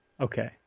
Okay